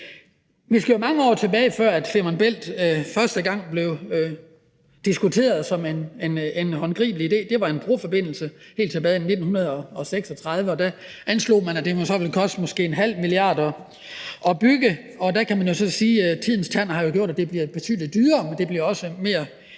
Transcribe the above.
Vi skal jo mange år tilbage, siden Femern Bælt første gang blev diskuteret som en håndgribelig idé – helt tilbage i 1936. Det var en broforbindelse, og da anslog man, at det måske ville koste 0,5 mia. kr. at bygge den. Og der kan man så sige, at tidens gang har gjort, at det bliver betydelig dyrere, men det bliver også mere